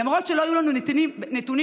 למרות שלא היו לנו נתונים רשמיים,